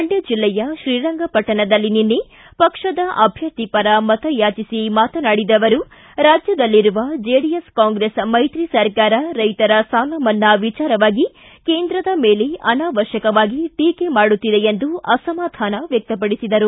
ಮಂಡ್ಯ ಜಿಲ್ಲೆಯ ತ್ರೀರಂಗಪಟ್ಟಣದಲ್ಲಿ ನಿನ್ನೆ ಪಕ್ಷದ ಅಭ್ಯರ್ಥಿಪರ ಮತ ಯಾಚಿಸಿ ಮಾತನಾಡಿದ ಅವರು ರಾಜ್ಯದಲ್ಲಿರುವ ಜೆಡಿಎಸ್ ಕಾಂಗ್ರೆಸ್ ಮೈತ್ರಿ ಸರ್ಕಾರ ರೈತರ ಸಾಲ ಮನ್ನಾ ವಿಚಾರವಾಗಿ ಕೇಂದ್ರದ ಮೇಲೆ ಅನಾವಶ್ವಕವಾಗಿ ಟೀಕೆ ಮಾಡುತ್ತಿದೆ ಎಂದು ಅಸಮಾಧಾನ ವ್ವಕ್ತಪಡಿಸಿದರು